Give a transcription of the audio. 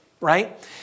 right